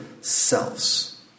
selves